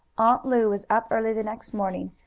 aunt lu was up early the next morning,